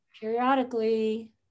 periodically